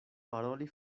paroli